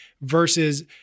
versus –